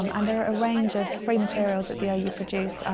um and there are a range of free materials that the yeah ou produce,